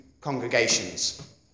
congregations